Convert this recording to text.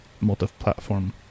Multi-platform